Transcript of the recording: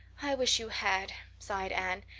i wish you had, sighed anne,